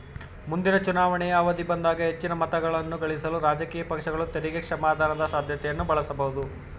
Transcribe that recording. ಮುಂದಿನ ಚುನಾವಣೆಯ ಅವಧಿ ಬಂದಾಗ ಹೆಚ್ಚಿನ ಮತಗಳನ್ನಗಳಿಸಲು ರಾಜಕೀಯ ಪಕ್ಷಗಳು ತೆರಿಗೆ ಕ್ಷಮಾದಾನದ ಸಾಧ್ಯತೆಯನ್ನ ಬಳಸಬಹುದು